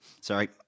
Sorry